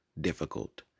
Difficult